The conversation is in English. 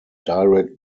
direct